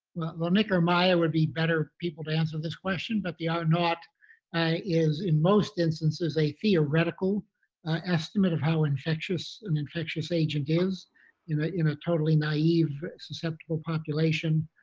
well, nick or maya would be better people to answer this question, but the ah r-naught and is in most instances a theoretical estimate of how infectious an infectious agent is in ah in a totally naive susceptible population,